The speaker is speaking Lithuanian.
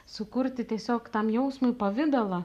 sukurti tiesiog tam jausmui pavidalą